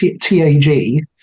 TAG